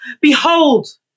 Behold